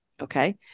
Okay